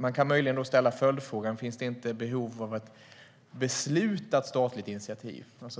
Man kan möjligen ställa följdfrågan om det inte finns behov av ett beslutat statligt initiativ. Det här är